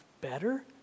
better